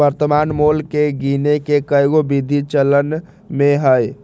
वर्तमान मोल के गीने के कएगो विधि चलन में हइ